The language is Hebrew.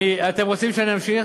אתם רוצים שאמשיך?